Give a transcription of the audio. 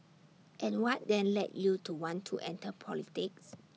and what then led you to want to enter politics